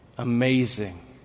Amazing